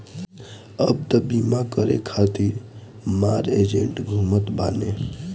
अब तअ बीमा करे खातिर मार एजेन्ट घूमत बाने